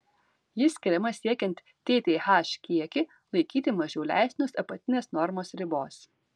ji skiriama siekiant tth kiekį laikyti mažiau leistinos apatinės normos ribos